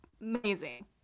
Amazing